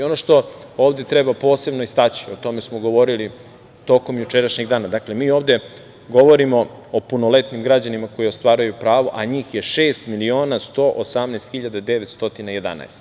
Ono što ovde treba posebno istaći, o tome smo govorili tokom jučerašnjeg dana, dakle, mi ovde govorimo o punoletnim građanima koji ostvaruju pravo, a njih je 6.118.911.